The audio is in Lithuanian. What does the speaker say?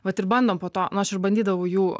vat ir bandom po to na aš ir bandydavau jų